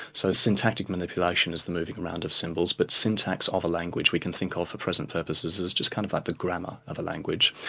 so syntactic manipulation is the moving around of symbols, but syntax of a language we can think of for present purposes, as just kind of like the grammar of a language.